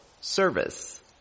service